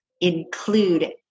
include